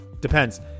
Depends